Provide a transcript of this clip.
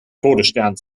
todesstern